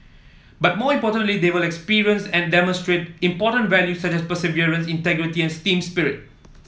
but more importantly they will experience and demonstrate important values such as perseverance integrity and team spirit